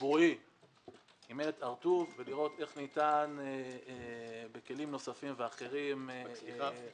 שבועי עם "מלט הר-טוב" כדי לראות איך ניתן בכלים נוספים ואחרים לעזור,